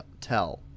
tell